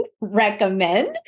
recommend